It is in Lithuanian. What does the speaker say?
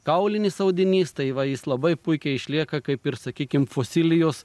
kaulinis audinys tai va jis labai puikiai išlieka kaip ir sakykim fosilijos